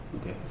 Okay